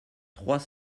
trois